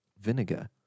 vinegar